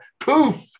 poof